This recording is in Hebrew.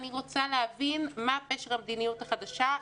אני רוצה להבין מה פשר המדיניות החדשה.